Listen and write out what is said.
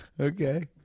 Okay